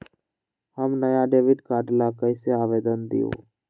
हम नया debit card ला कईसे आवेदन दिउ?